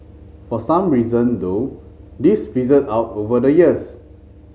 for some reason though this fizzled out over the years